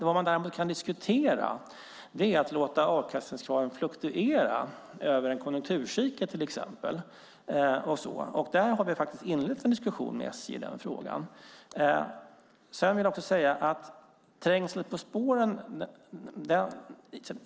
Vad vi däremot kan diskutera är att låta avkastningskraven fluktuera över till exempel en konjunkturcykel. Där har vi inlett en diskussion med SJ. Sedan var det frågan om trängseln på spåren.